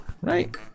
right